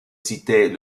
citer